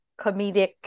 comedic